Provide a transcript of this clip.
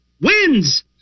wins